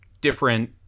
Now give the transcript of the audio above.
different